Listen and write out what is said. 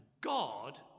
God